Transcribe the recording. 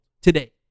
today